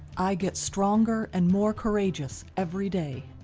i get stronger and more courageous every day.